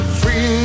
free